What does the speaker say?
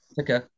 Okay